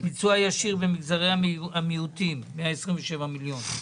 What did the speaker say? ביצוע ישיר במגזרי המיעוטים, 127 מיליון.